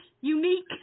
unique